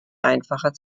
einfacher